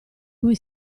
cui